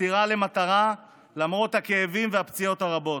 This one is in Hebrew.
בחתירה למטרה למרות הכאבים והפציעות הרבות.